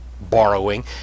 borrowing